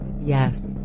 Yes